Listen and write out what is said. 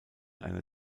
einer